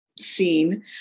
seen